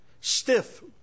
stiff